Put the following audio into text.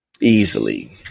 Easily